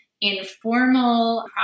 informal